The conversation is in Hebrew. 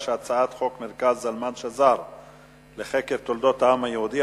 ההצעה להעביר את הצעת חוק מרכז זלמן שזר לחקר תולדות העם היהודי,